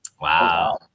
wow